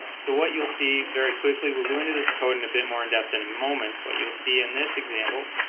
so what you'll see very quickly will go into this code and a bit more in-depth in a moment but you'll see in this example